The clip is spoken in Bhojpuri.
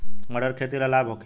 मटर के खेती से लाभ होखे?